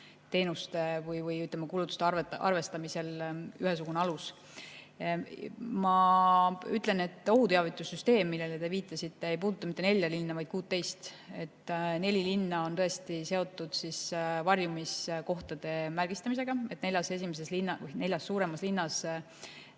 teenuste või, ütleme, kulutuste arvestamisel ühesugune alus. Ütlen ka seda, et ohuteavitussüsteem, millele te viitasite, ei puuduta mitte nelja linna, vaid 16 linna. Neli linna on tõesti seotud varjumiskohtade märgistamisega: neljas suuremas linnas